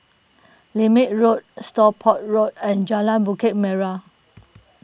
Lermit Road Stockport Road and Jalan Bukit Merah